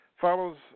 follows